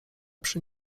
przy